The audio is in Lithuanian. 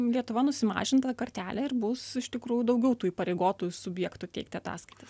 lietuva nusimažint tą kartelę ir bus iš tikrųjų daugiau tų įpareigotųjų subjektų teikti ataskaitas